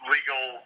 legal